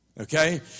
Okay